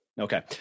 Okay